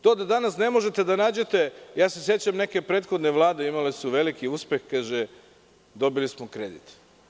To da danas ne možete da nađete, ja se sećam neke prethodne vlade imale su veliki uspeh, kaže – dobili smo kredit.